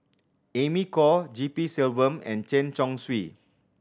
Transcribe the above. Amy Khor G P Selvam and Chen Chong Swee